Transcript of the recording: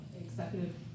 executive